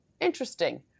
interesting